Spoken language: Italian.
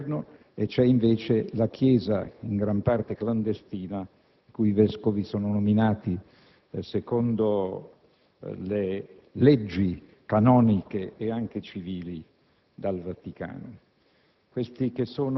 dal Governo, ed una Chiesa in gran parte clandestina, i cui vescovi sono nominati secondo le leggi canoniche e anche civili dal Vaticano.